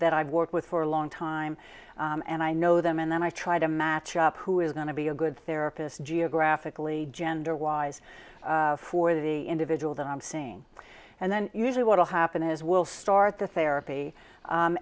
that i've worked with for a long time and i know them and then i try to match up who is going to be a good therapist geographically gender wise for the individual that i'm seeing and then usually what will happen is we'll start the therapy